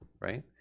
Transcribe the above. right